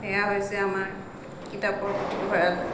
সেইয়া হৈছে আমাৰ কিতাপৰ পুথিভঁড়ালটো